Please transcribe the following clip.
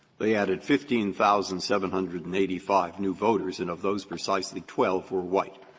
they added fifteen thousand seven hundred and eighty five new voters and of those, precisely twelve were white.